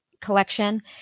collection